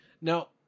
Now